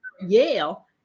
Yale